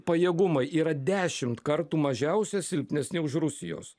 pajėgumai yra dešimt kartų mažiausia silpnesni už rusijos